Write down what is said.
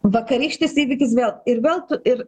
vakarykštis įvykis vėl ir vėl tu ir